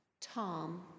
Tom